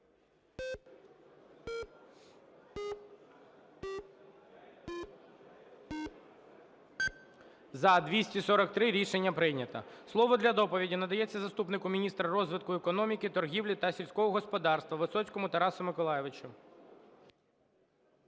За-243 Рішення прийнято. Слово для доповіді надається заступнику міністра розвитку економіки, торгівлі та сільського господарства Висоцькому Тарасу Миколайовичу.